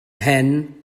mhen